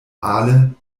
aale